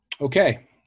Okay